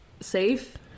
safe